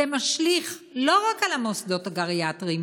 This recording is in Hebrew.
זה משליך לא רק על המוסדות הגריאטריים